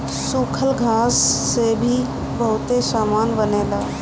सूखल घास से भी बहुते सामान बनेला